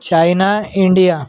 China India